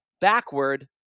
backward